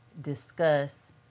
discuss